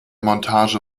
montage